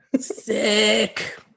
sick